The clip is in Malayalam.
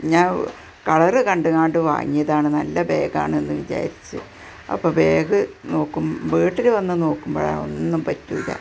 ഞാൻ കളർ കണ്ടു കൊണ്ടു വാങ്ങിയതാണ് നല്ല ബേഗാണെന്നു വിചാരിച്ച് അപ്പോൾ ബേഗ് നോക്കും വീട്ടിൽ വന്നു നോക്കുമ്പോഴാണ് ഒന്നും പറ്റില്ല